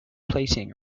plating